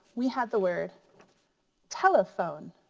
we had the word telephone.